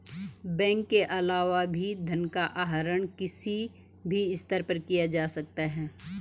bank के अलावा भी धन का आहरण किसी भी स्तर पर किया जा सकता है